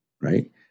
right